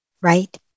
right